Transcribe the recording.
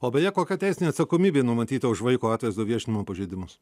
o beje kokia teisinė atsakomybė numatyta už vaiko atvaizdo viešinimo pažeidimus